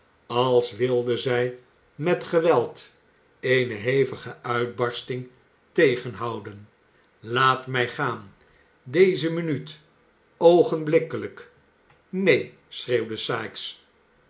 als wilde zij met geweld eene hevige uitbarsting terughouden laat mij gaan deze minuut oogenblikkelijk neen schreeuwde sikes